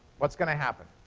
what's going to happen?